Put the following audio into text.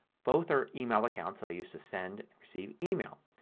both are email accounts that i use to send and receive email.